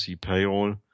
payroll